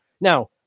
Now